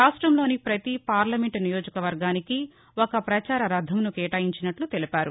రాష్టంలోని ప్రపతి పార్లమెంట్ నియోజకవర్గానికి ఒక ప్రచార రథంను కేటాయించినట్లు తెలిపారు